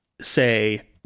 say